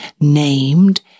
named